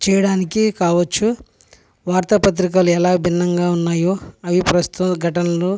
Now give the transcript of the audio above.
చేయడానికి కావచ్చు వార్తాపత్రికలు ఎలా భిన్నంగా ఉన్నాయో అవి ప్రస్తుత ఘటనలు